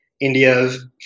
India's